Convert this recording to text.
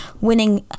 winning